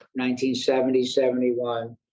1970-71